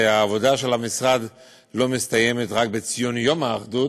והעבודה של המשרד לא מסתיימת רק בציון יום האחדות,